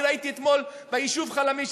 אני ראיתי אתמול ביישוב חלמיש,